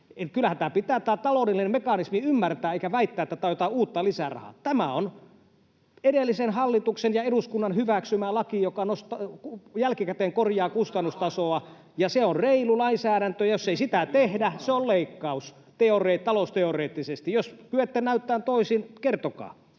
Kyllähän tämä taloudellinen mekanismi pitää ymmärtää, eikä väittää, että tämä on jotain uutta lisärahaa. Tämä on edellisen hallituksen ja eduskunnan hyväksymä laki, joka jälkikäteen korjaa kustannustasoa, [Ville Valkonen: Mutta nostaa rahoitustaan!] ja se on reilu lainsäädäntö. Jos ei sitä tehdä, se on talousteoreettisesti leikkaus. Jos kyette näyttämään toisin, kertokaa.